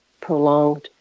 prolonged